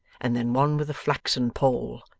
and then one with a flaxen poll,